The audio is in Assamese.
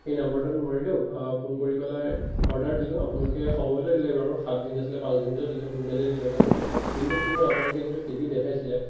সেই নাম্বাৰটোত মাৰিলোঁ ফোন কৰি পেলাই অৰ্ডাৰ দিলোঁ আপোনালোকে সময়মতে দিলে বাৰু সাতদিন আছিলে পাঁচ দিনতে দিলে সোনকালে দিলে অলপ কিন্তু কি হ'ল আপোনলোকে যিটো টিভিত দেখাইছিলে